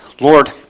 Lord